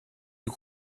you